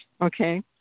Okay